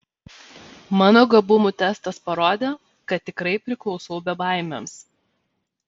mano gabumų testas parodė kad tikrai priklausau bebaimiams